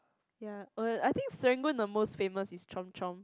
ya uh I think Serangoon the most famous is Chomp-Chomp